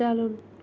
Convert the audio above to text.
چلُن